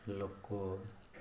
ଲୋକ